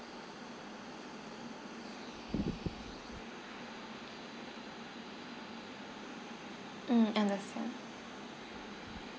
mm understand